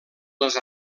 les